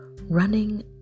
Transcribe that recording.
running